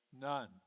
none